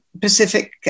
Pacific